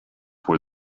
were